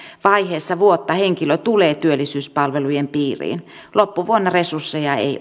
vaiheessa vuotta henkilö tulee työllisyyspalvelujen piiriin loppuvuonna resursseja ei